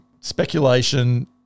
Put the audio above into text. speculation